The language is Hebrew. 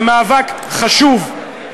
זה מאבק חשוב.